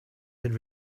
had